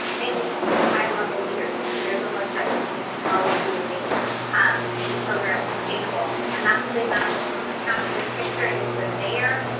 and you need some high level leaders because they're the ones that can change policy and make um these programs sustainable. and that's what they've done in multnomah county. this picture is the mayor,